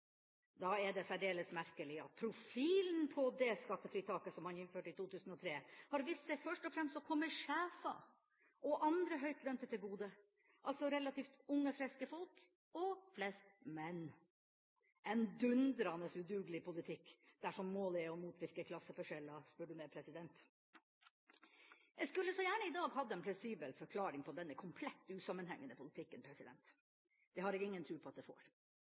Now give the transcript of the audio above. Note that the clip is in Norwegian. Da er det særdeles merkelig at profilen på det skattefritaket som man innførte i 2003, har vist seg først og fremst å komme sjefer og andre høytlønte til gode, altså relativt unge, friske folk – og flest menn. En dundrende udugelig politikk dersom målet er å motvirke klasseforskjeller, spør du meg. Jeg skulle så gjerne i dag hatt en plausibel forklaring på denne komplett usammenhengende politikken. Det har jeg ingen tru på at jeg får.